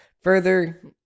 further